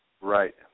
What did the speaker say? Right